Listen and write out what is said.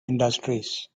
industries